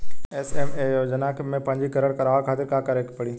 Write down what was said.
SMAM योजना में पंजीकरण करावे खातिर का का करे के पड़ी?